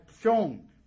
shown